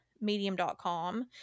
medium.com